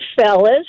fellas